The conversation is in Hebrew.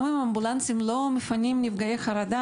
גם אם אמבולנסים לא מפנים נפגעי חרדה,